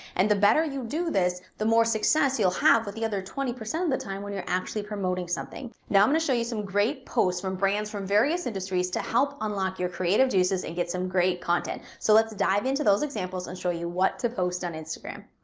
and the better you do this, the more success you'll have with the other twenty percent of the time when you're actually promoting something. now i'm gonna show you some great posts from brands from various industries to help unlock your creative juices and get some great content. so let's dive into those examples and show you what to post on instagram.